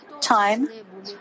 time